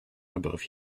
above